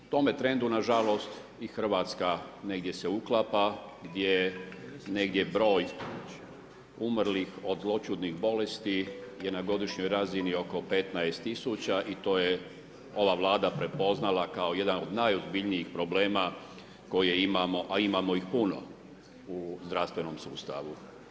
Tome trendu, nažalost i Hrvatska negdje se uklapa, gdje negdje broj umrlih od zloćudnih bolesti je na godišnjoj razini na 15000 i to je ova Vlada prepoznala kao jedan od najozbiljnijih problema koje imamo, a imamo ih puno u zdravstvenom sustavu.